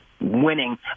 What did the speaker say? winning